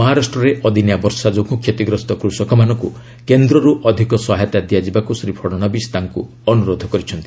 ମହାରାଷ୍ଟ୍ରରେ ଅଦିନିଆ ବର୍ଷା ଯୋଗୁଁ କ୍ଷତିଗ୍ରସ୍ତ କୃଷକମାନଙ୍କୁ କେନ୍ଦ୍ରରୁ ଅଧିକ ସହାୟତା ଦିଆଯିବାକୁ ଶ୍ରୀ ଫଡ଼ଶବୀଶ ତାଙ୍କୁ ଅନୁରୋଧ କରିଛନ୍ତି